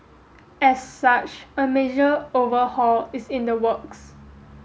as such a major overhaul is in the works